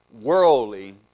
worldly